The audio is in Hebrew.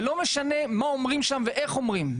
זה לא משנה מה אומרים שם ואיך אומרים,